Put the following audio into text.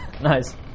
nice